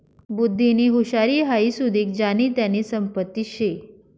बुध्दीनी हुशारी हाई सुदीक ज्यानी त्यानी संपत्तीच शे